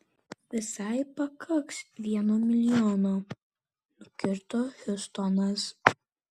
visai pakaks vieno milijono nukirto hiustonas